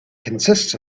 consists